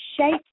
shape